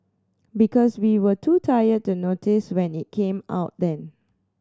because we were too tired to notice when it came out then